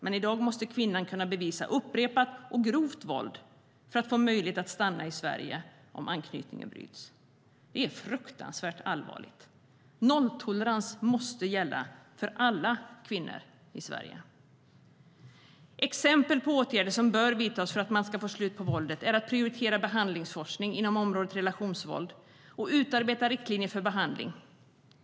Men i dag måste kvinnan kunna bevisa upprepat och grovt våld för att få möjlighet att stanna i Sverige om anknytningen bryts. Det är fruktansvärt allvarligt. Nolltolerans måste gälla för alla kvinnor i Sverige.Exempel på åtgärder som bör vidtas för att få slut på våldet är att prioritera behandlingsforskning inom området relationsvåld och utarbeta riktlinjer för behandling.